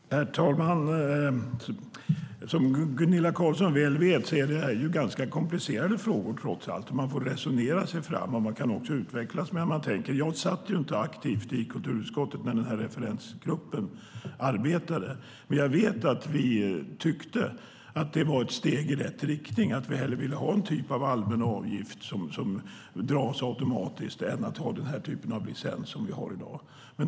Herr talman! Gunilla Carlsson i Hisings Backa vet att det här är komplicerade frågor, och man får resonera sig fram. Man kan också utvecklas när man tänker över frågan. Jag satt inte aktivt i kulturutskottet när referensgruppen arbetade. Men jag vet att Folkpartiet tyckte att det var ett steg i rätt riktning, att vi hellre ville ha en typ av allmän avgift som dras automatiskt än den licens som finns i dag.